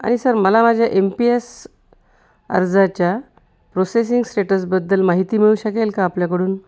आणि सर मला माझ्या एम पी एस अर्जाच्या प्रोसेसिंग स्टेटसबद्दल माहिती मिळू शकेल का आपल्याकडून